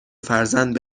فرزند